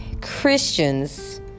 christians